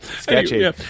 Sketchy